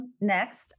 next